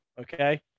okay